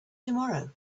tomorrow